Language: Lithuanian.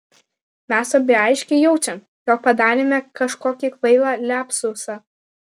mes abi aiškiai jaučiam jog padarėme kažkokį kvailą liapsusą